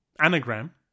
Anagram